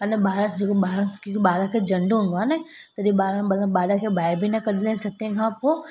अन ॿार जेके ॿार जेके ॿार खे झंडि हूंदो आहे न तॾहिं ॿार मतलबु ॿार खे ॿाहिरि बि न कढंदा आहिनि सतें खां पोइ